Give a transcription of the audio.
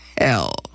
hell